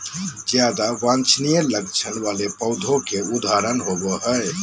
ज्यादा वांछनीय लक्षण वाले पौधों के उदाहरण होबो हइ